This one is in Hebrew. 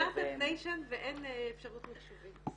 סטארט אפ ניישן ואין אפשרות מחשובית.